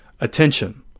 attention